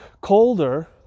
Colder